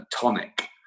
tonic